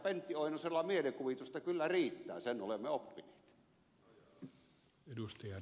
pentti oinosella mielikuvitusta kyllä riittää sen olemme oppineet